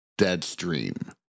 Deadstream